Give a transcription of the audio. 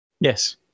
Yes